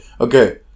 Okay